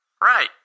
Right